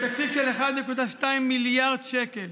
בתקציב של 1.2 מיליארד שקל